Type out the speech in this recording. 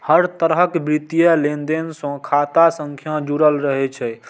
हर तरहक वित्तीय लेनदेन सं खाता संख्या जुड़ल रहै छै